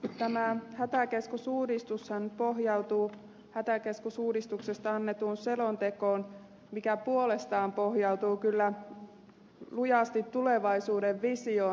tämä hätäkeskusuudistushan pohjautuu hätäkeskusuudistuksesta annettuun selontekoon joka puolestaan pohjautuu kyllä lujasti tulevaisuuden visioon